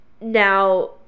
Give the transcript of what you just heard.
Now